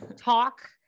talk